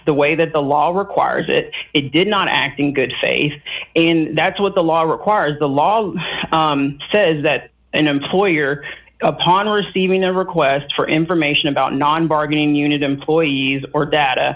the way that the law requires it it did not act in good faith and that's what the law requires the law says that an employer upon receiving a request for information about non bargaining unit employees or data